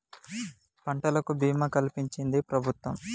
పంటలకు భీమా కలిపించించి ప్రభుత్వం